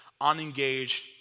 unengaged